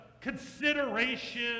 consideration